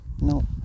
no